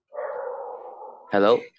Hello